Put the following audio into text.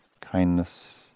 kindness